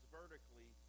vertically